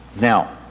Now